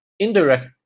Indirect